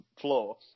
floor